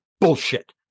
Bullshit